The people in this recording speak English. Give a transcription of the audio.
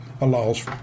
allows